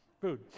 food